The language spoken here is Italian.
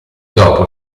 dopo